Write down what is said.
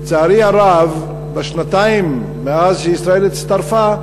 לצערי הרב, בשנתיים מאז שישראל הצטרפה,